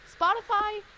spotify